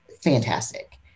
fantastic